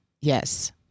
yes